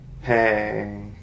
hey